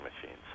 machines